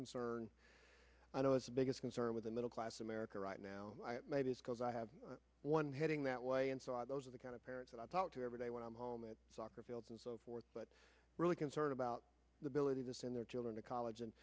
concern i know it's the biggest concern with the middle class america right now because i have one heading that way and so those are the kind of parents that i thought to every day when i'm home at soccer fields and so forth but really concerned about the ability to send their children to college and